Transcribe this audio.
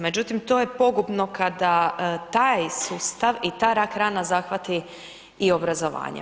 Međutim to je pogubno kada taj sustav i ta rak rana zahvati i obrazovanje.